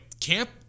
camp